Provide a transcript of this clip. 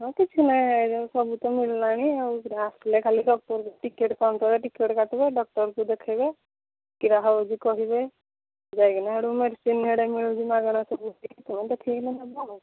ହଁ କିଛି ନାହିଁ ଏଗୁଡ଼ା ସବୁ ତ ମିଳିଲାଣି ଆଉ ଆସିଲେ ଖାଲି ଡକ୍ଟର୍କୁ ଟିକେଟ୍ କାଉଣ୍ଟର୍ରେ ଟିକେଟ୍ କାଟିବ ଡକ୍ଟର୍କୁ ଦେଖେଇବ କ'ଣ ହେଉଛି କହିବେ ଯାଇକିନା ସେଠୁ ମେଡିସିନ୍ ହେଇଟା ମିଳୁଛି ମାଗଣାରେ ସବୁ ତୁମେ ଦେଖେଇକିନା ନେବ ଆଉ